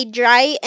dry